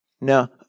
Now